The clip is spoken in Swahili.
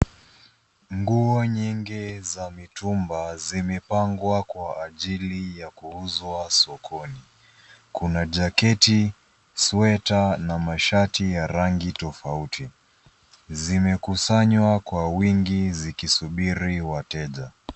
Nguo nyingi, za mitumba, zimepangwa kwa ajili ya kuuzwa sokoni. Kuna jaketi, sweta na masharti ya rangi tofauti. Zimekusanywa kwa wingi zikisubiri wateja.